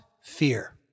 fear